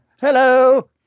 Hello